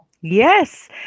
Yes